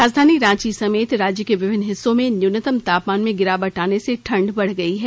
राजधानी रांची समेत राज्य के विभिन्न हिस्सों में न्यूनतम तापमान में गिरावट आने से ठंड बढ़ गई है